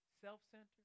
self-centered